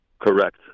Correct